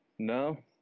No